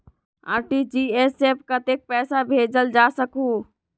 RTGS से कतेक पैसा भेजल जा सकहु???